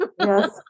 Yes